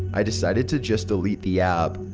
i decided to just delete the app.